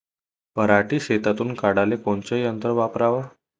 पराटी शेतातुन काढाले कोनचं यंत्र वापराव?